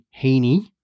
Heaney